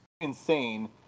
insane